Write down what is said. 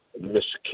Miss